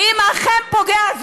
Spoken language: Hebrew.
ואם זה אכן פוגע,